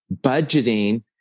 budgeting